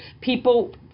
people